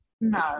No